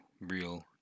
real